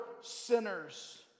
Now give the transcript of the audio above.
sinners